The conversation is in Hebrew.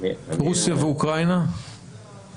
בערך